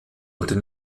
unter